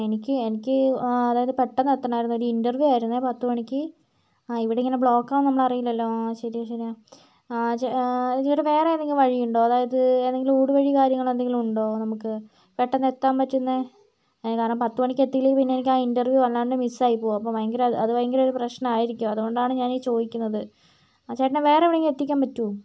എനിക്ക് എനിക്ക് അതായതു പെട്ടെന്ന് എത്തണമായിരുന്നു ഒരു ഇന്റർവ്യൂ ആയിരുന്നേ പത്തു മണിക്ക് ഇവിടെ ഇങ്ങനെ ബ്ലോക്ക് ആണെന്ന് നമ്മൾ അറിയില്ലല്ലോ ആ ശരിയാ ശരിയാ ചേ ചേട്ടാ വേറേതെങ്കിലും വഴിയുണ്ടോ അതായതു ഏതെങ്കിലും ഊടുവഴി കാര്യങ്ങളെന്തെങ്കിലും ഉണ്ടോ നമുക്ക് പെട്ടെന്ന് എത്താൻ പറ്റുന്നത് കാരണം പത്തുമണിക്ക് എത്തിയില്ലെങ്കിൽ പിന്നെ എനിക്ക് ആ ഇന്റർവ്യൂ വല്ലാണ്ട് മിസ് ആയി പോകും അപ്പോൾ ഭയങ്കര അത് ഭയങ്കര ഒരു പ്രശ്നായിരിക്കും അതുകൊണ്ടാണ് ഞാനീ ചോദിക്കുന്നത് ആ ചേട്ടന് വേറെവിടെങ്കിലും എത്തിക്കാൻ പറ്റുവോ